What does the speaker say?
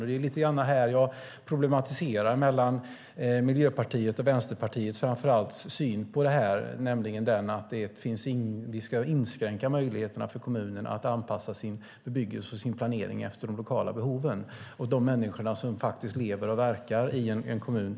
Det är här jag lite grann problematiserar Miljöpartiets och framför allt Vänsterpartiets syn, nämligen synen att vi ska inskränka kommunernas möjlighet att anpassa sin bebyggelse och planering efter de lokala behoven och de människor som faktiskt lever och verkar i en kommun.